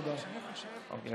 תודה רבה.